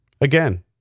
again